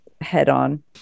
head-on